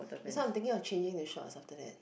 that's why I'm thinking of changing to shorts after that